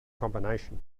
combination